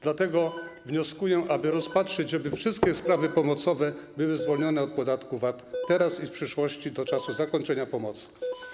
Dlatego wnioskuję, aby rozpatrzyć, żeby wszystkie sprawy pomocowe były zwolnione od podatku VAT teraz i w przyszłości, do czasu zakończenia pomocy.